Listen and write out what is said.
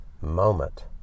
moment